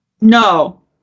No